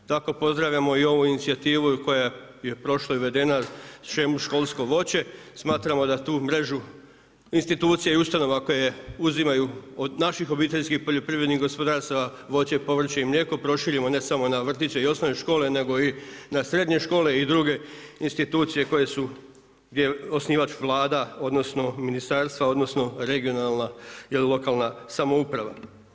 Tako pozdravljamo i ovu inicijativu koja je prošla i uvedena, shemu školsko voće smatramo da tu mrežu institucija i ustanova koje uzimaju od naših obiteljskih poljoprivrednih gospodarstava voće i povrće i mlijeko proširimo ne samo na vrtiće i osnovne škole nego i na srednje škole i druge institucije gdje je osnivač Vlada, odnosno ministarstva, odnosno regionalna ili lokalna samouprava.